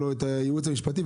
ולא את הייעוץ המשפטי.